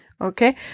Okay